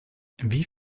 wie